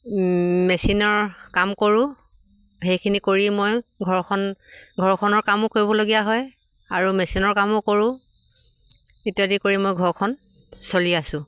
মেচিনৰ কাম কৰোঁ সেইখিনি কৰি মই ঘৰখন ঘৰখনৰ কামো কৰিবলগীয়া হয় আৰু মেচিনৰ কামো কৰোঁ ইত্যাদি কৰি মই ঘৰখন চলি আছোঁ